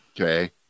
okay